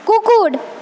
কুকুর